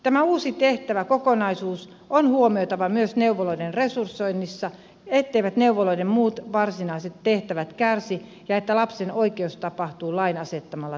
tämä uusi tehtäväkokonaisuus on huomioitava myös neuvoloiden resursoinnissa etteivät neuvoloiden muut varsinaiset tehtävät kärsi ja että lapsen oikeus tapahtuu lain asettamalla tavalla